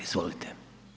Izvolite.